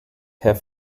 herr